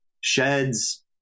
sheds